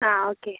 ആ ഓക്കെ